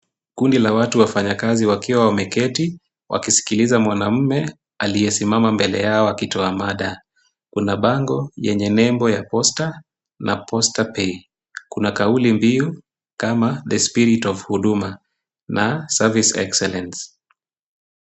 Kundi la watu wafanyakazi wakiwa wameketi, wakisikiliza mwanamume aliyesimama mbele yao akitoa mada. Kuna bango lenye nembo ya posta na Posta Pay . Kuna kauli mbiu, kama The Spirit of Huduma na Service Excellence